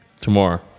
Tomorrow